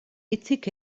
hitzik